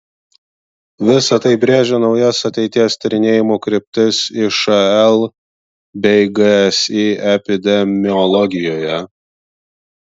visa tai brėžia naujas ateities tyrinėjimų kryptis išl bei gsi epidemiologijoje